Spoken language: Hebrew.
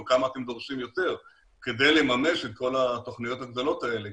או כמה אתם דורשים יותר כדי לממש את כל התוכניות הגדולות האלה?